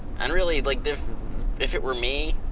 and really like if if it were me,